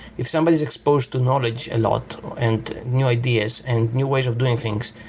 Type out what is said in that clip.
if somebody is exposed to knowledge a lot and new ideas and new ways of doing things,